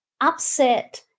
upset